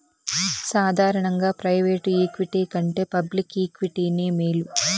సాదారనంగా private equity కంటే public ఈక్విటీనే మేలు